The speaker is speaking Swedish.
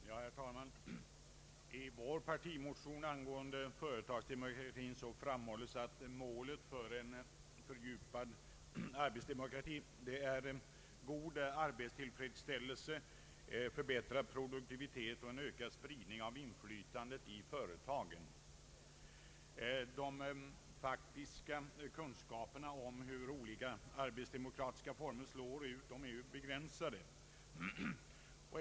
Herr talman! I vår partimotion angående företagsdemokratin framhålles att målet för en fördjupad arbetsdemokrati är god arbetstillfredsställelse, förbättrad produktivitet och ökad spridning av inflytandet i företagen. De faktiska kunskaperna om hur olika arbetsdemokratiska former utfaller är begränsade.